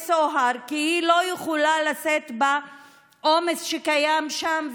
סוהר כי היא לא יכולה לשאת בעומס שקיים שם,